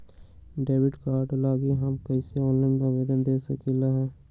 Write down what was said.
Debit card लागी हम कईसे ऑनलाइन आवेदन दे सकलि ह?